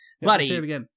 Buddy